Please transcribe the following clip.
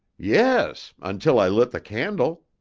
yes, until i lit the candle.